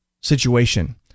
situation